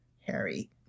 Harry